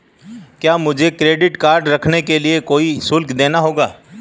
क्या मुझे credit card रखने के लिए कोई शुल्क देना होगा?